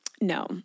No